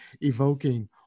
evoking